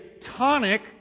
tonic